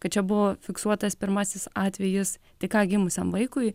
kad čia buvo fiksuotas pirmasis atvejis tik ką gimusiam vaikui